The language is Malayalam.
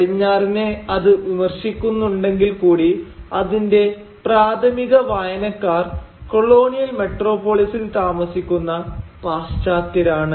പടിഞ്ഞാറിനെ അത് വിമർശിക്കുന്നുണ്ടെങ്കിൽ കൂടി അതിന്റെ പ്രാഥമിക വായനക്കാർ കൊളോണിയൽ മെട്രോപോളിസിൽ താമസിക്കുന്ന പാശ്ചാത്യരാണ്